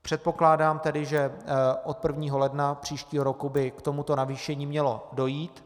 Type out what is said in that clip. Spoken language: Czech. Předpokládám tedy, že od 1. ledna příštího roku by k tomuto navýšení mělo dojít.